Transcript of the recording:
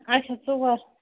اَچھا ژور